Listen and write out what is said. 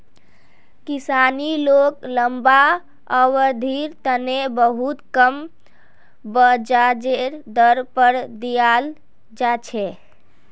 किसानी लोन लम्बा अवधिर तने बहुत कम ब्याजेर दर पर दीयाल जा छे